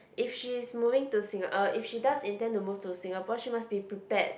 if she's moving to Sing~ uh if she does intend to move to Singapore she must be prepared